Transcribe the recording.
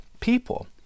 people